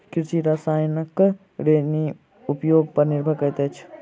कृषि रसायनक श्रेणी उपयोग पर निर्भर करैत अछि